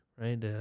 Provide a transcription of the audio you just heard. right